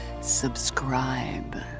subscribe